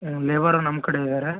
ಹ್ಞೂ ಲೇಬರು ನಮ್ಮ ಕಡೆ ಅವ್ರು ಇದ್ದಾರೆ